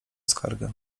skargę